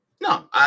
No